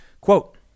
Quote